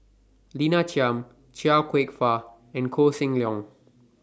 Lina Chiam Chia Kwek Fah and Koh Seng Leong